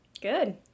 Good